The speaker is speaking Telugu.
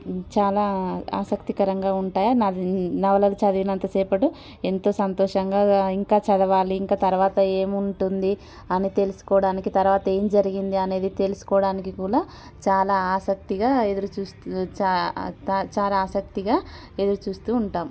చాలా ఆసక్తికరంగా ఉంటాయి నవలలు చదివినంత సేపు ఎంతో సంతోషంగా ఇంకా చదవాలి ఇంకా తర్వాత ఏం ఉంటుంది అని తెలుసుకోవడానికి తర్వాత ఏం జరిగింది అనేది తెలుసుకోవడానికి కూడా చాలా ఆసక్తిగా ఎదురు చూస్తూ చాలా ఆసక్తిగా ఎదురు చూస్తూ ఉంటాం